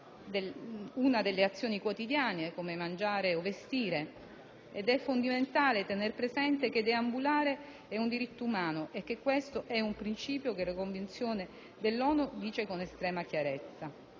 una delle azioni quotidiane, come mangiare o vestirsi. È fondamentale tener presente che deambulare è un diritto umano: questo è un principio che la Convenzione dell'ONU afferma con estrema chiarezza.